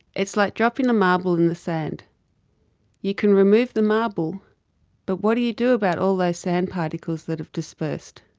its like dropping a marble in the sand you can remove the marble but what do you do about all of the sand particles that have dispersed?